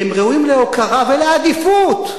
והם ראויים להוקרה ולעדיפות.